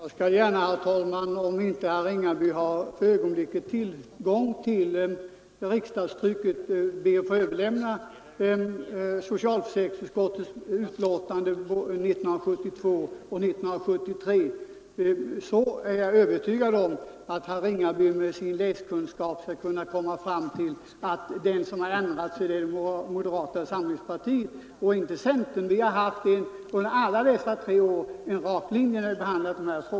Herr talman! Om inte herr Ringaby just nu har tillgång till riksdagstrycket skall jag be att få överlämna socialförsäkringsutskottets betänkanden i frågan från 1972 och 1973. Jag är övertygad om att herr Ringaby med sin läskunnighet skall kunna komma fram till att den som ändrat sig är moderata samlingspartiet och inte centern. Vi har under alla dessa tre år haft en rak linje i dessa frågor.